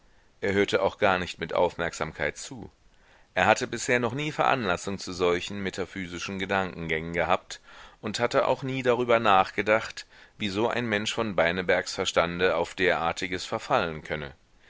er hörte auch gar nicht mit aufmerksamkeit zu er hatte bisher noch nie veranlassung zu solchen metaphysischen gedankengängen gehabt und hatte auch nie darüber nachgedacht wieso ein mensch von beinebergs verstande auf derartiges verfallen könne